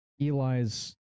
Eli's